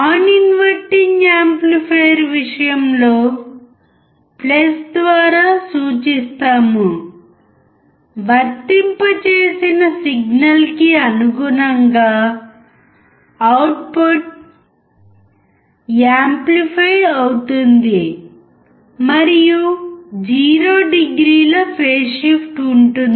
non inverting amplifier విషయంలో "" ద్వారా సూచిస్తాము వర్తింప చేసిన సిగ్నల్ కి అనుగుణంగా అవుట్పుట్ యాంప్లిఫై అవుతుంది మరియు 0 డిగ్రీల ఫేస్ షిఫ్ట్ ఉంటుంది